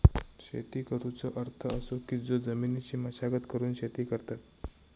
शेती करुचो अर्थ असो की जो जमिनीची मशागत करून शेती करतत